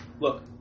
Look